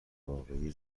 واقعی